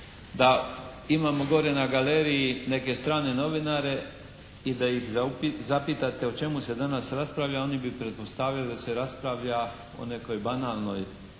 Da imamo gore na galeriji neke strane novinare i da ih zapitate o čemu se danas raspravlja oni bi pretpostavili da se raspravlja o nekoj banalnoj